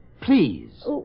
please